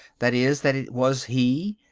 that is, that it was he?